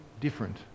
different